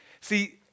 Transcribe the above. See